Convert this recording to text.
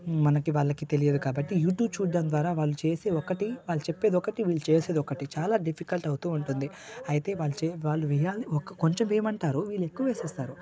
మనకి వాళ్ళకి తెలియదు కాబట్టి యూట్యూబ్ చూడడం ద్వారా వాళ్ళు చేసే ఒకటి వాళ్ళు చెప్పేది ఒకటి వీళ్ళు చేసేది ఒకటి చాలా డిఫికల్ట్ అవుతు ఉంటుంది అయితే వాల్లు వాళ్ళు కొంచెం వేయమంటారు వీళ్ళు ఎక్కువ వేస్తారు